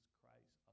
Christ